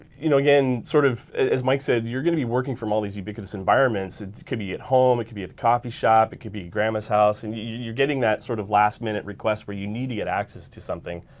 you know, again sort of, as mike said, you're gonna be working from all these ubiquitous environments. it could be at home, it could be a coffee shop, it could be at grandma's house, and you're getting that, sort of, last minute request where you need to get access to something.